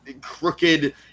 Crooked